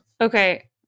Okay